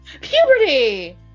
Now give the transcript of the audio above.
Puberty